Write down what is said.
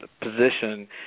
position